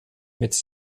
mit